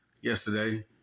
yesterday